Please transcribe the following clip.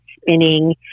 spinning